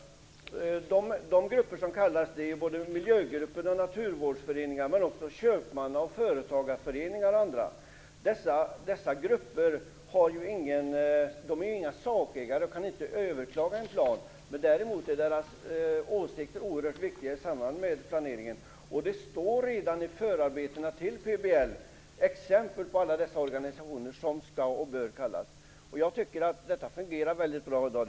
De grupper som kallas - miljögrupper, naturvårdsföreningar men också köpmannaföreningar och företagarföreningar - är ju inga sakägare och de kan inte överklaga en plan. Däremot är deras åsikter oerhört betydelsefulla i samband med planeringen. Det räknas upp redan i förarbetena till PBL exempel på alla organisationer som skall och bör kallas. Jag tycker att detta fungerar väldigt bra i dag.